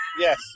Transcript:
yes